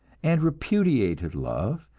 and repudiated love,